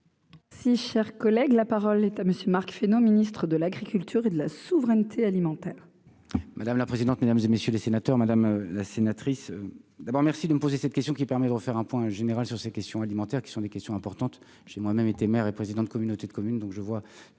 Si cher collègue, la parole est à monsieur Marc Fesneau Ministre de l'Agriculture et de la souveraineté alimentaire. Madame la présidente, mesdames et messieurs les sénateurs, madame la sénatrice d'abord merci de me poser cette question qui permet de refaire un point général sur ces questions alimentaires qui sont des questions importantes, j'ai moi-même été maire et président de communauté de communes, donc je vois